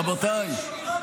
רבותיי,